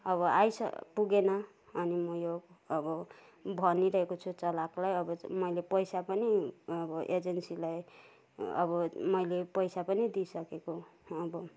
अब आइ स पुगेन अनि म यो अब भनि रहेको छु यो चलाकलाई अब मैले पैसा पनि अब एजेन्सीलाई अब मैले पैसा पनि दिइसकेको अब